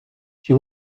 she